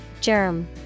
Germ